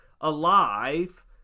alive